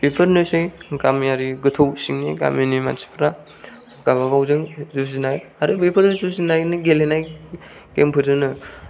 बेफोरनोसै गामियारि गोथौ सिंनि गामिनि मानसिफोरा गावबा गावजों जुजिनाय आरो बेफोरो जुजिनायनि गेलेनाय गेम फोरजोंनो